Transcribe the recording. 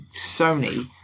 Sony